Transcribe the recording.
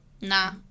Nah